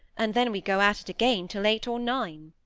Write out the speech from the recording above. and then we go at it again till eight or nine